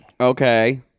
Okay